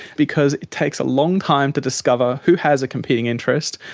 because it takes a long time to discover who has a competing interest,